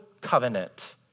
covenant